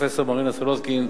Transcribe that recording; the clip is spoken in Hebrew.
פרופסור מרינה סולודקין.